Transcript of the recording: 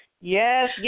yes